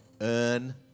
earn